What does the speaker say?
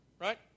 right